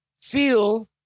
feel